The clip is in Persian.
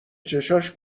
چشاش